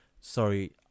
sorry